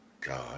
God